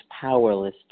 powerless